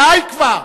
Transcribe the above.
די, כבר.